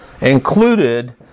included